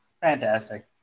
fantastic